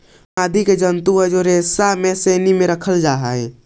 ऊन आदि के जन्तु के रेशा के श्रेणी में रखल जा हई